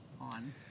on